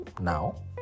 now